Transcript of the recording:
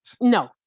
No